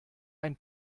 ein